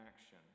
action